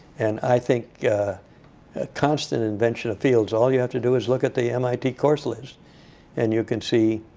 and i think a constant invention of fields all you have to do is look at the mit course list and you can see